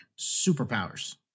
superpowers